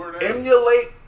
emulate